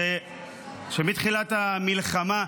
היא שמתחילת המלחמה,